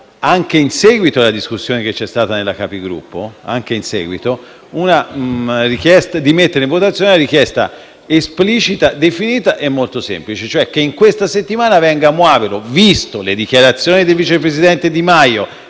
Anche in seguito alla discussione che c'è stata in sede di Capigruppo, noi chiediamo di mettere in votazione una richiesta esplicita, definita e molto semplice e cioè che in questa settimana, considerate le dichiarazioni del vice presidente Di Maio,